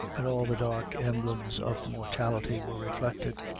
and all the dark emblems of mortality were reflected,